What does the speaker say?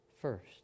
first